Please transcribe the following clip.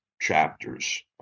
chapters